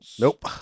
Nope